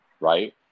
Right